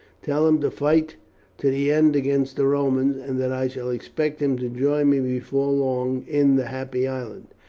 tell him to fight to the end against the romans, and that i shall expect him to join me before long in the happy island.